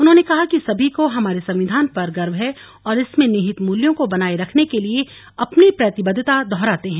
उन्होंने कहा कि सभी को हमारे संविधान पर गर्व है और इसमें निहित मूल्यों को बनाए रखने के लिए अपनी प्रतिबद्धता दोहराते हैं